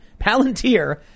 Palantir